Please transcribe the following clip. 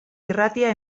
irratia